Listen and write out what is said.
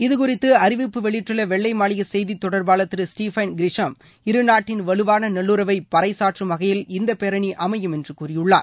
இது குறித்து அறிவிப்பு வெளியிட்டுள்ள வெள்ளை மாளிகை செய்தித் தொடர்பாளர் திரு ஸ்டஃபன் கிரைசான் இருநாட்டின் வலுவாள நல்லுறவை பறைச்சாற்றும் வகையில் இந்த பேரனி அமையும் என்று கூறியுள்ளார்